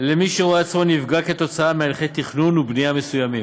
למי שרואה עצמו נפגע מהליכי תכנון ובנייה מסוימים,